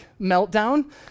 meltdown